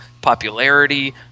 popularity